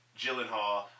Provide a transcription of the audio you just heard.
Gyllenhaal